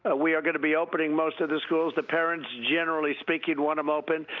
ah we going to be opening most of the schools. the parents, generally speaking, want them open.